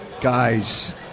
guys